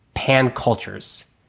pan-cultures